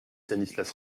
stanislas